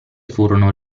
furono